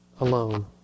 alone